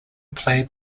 played